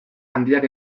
handiak